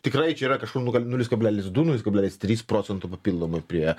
tikrai čia yra kažkur nu ka nulis kablelis du nulis kablelis trys procento papildomai prie